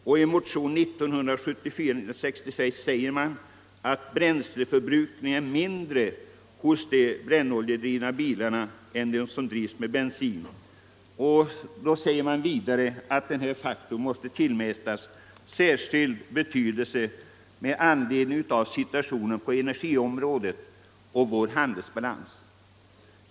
I motionen 1965 säger man att de brännoljedrivna bilarna drar mindre bränsle än de bensindrivna och att denna faktor måste tillmätas särskild betydelse med anledning av situationen på energiområdet och vår handelsbalans.